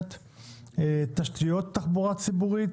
תשתיות תחבורה ציבורית,